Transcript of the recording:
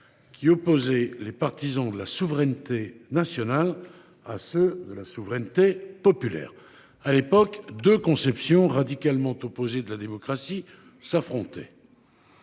qui opposait les partisans de la souveraineté nationale à ceux de la souveraineté populaire. À l’époque, deux conceptions radicalement opposées de la démocratie s’affrontaient